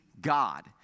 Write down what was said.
God